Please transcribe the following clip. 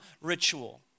ritual